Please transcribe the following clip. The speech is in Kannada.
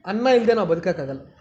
ಅನ್ನ ಇಲ್ಲದೇ ನಾವು ಬದುಕೋಕ್ಕಾಗಲ್ಲ